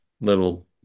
little